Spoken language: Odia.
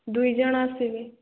ଦୁଇ ଜଣ ଆସିବେ